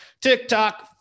tiktok